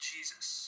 Jesus